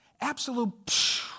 absolute